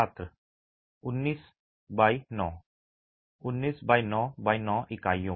छात्र 19 x 9 19 x 9 x 9 इकाइयों